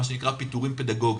מה שנקרא פיטורים פדגוגיים.